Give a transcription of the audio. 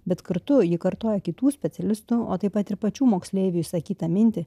bet kartu ji kartoja kitų specialistų o taip pat ir pačių moksleivių išsakytą mintį